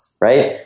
right